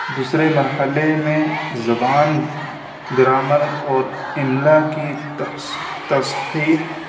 دوسرے مرحلے میں زبان گرامر اور املا کی تصحیح